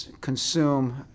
consume